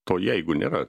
to jeigu nėra